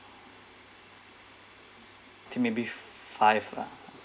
to may be five lah